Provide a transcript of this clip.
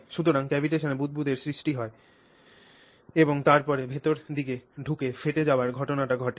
সুতরাং cavitation এ বুদবুদের সৃষ্টি বৃদ্ধি এবং তারপরে ভেতর দিকে ঢুকে ফেটে যাওয়ার ঘটনাটি ঘটে